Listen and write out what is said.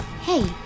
Hey